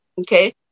okay